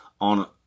on